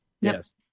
Yes